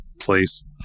place